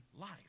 life